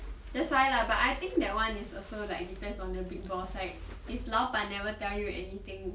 that's why lah but I think that one is also like depends on the people is like if 老板 never tell you anything